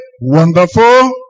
wonderful